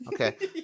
Okay